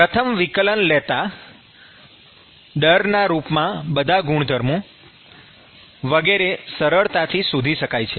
પ્રથમ વિકલન લેતા દરના રૂપમાં બધા ગુણધર્મો વગેરે સરળતાથી શોધી શકાય છે